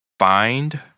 Find